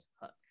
hook